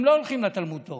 הם לא הולכים לתלמוד תורה,